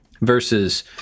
versus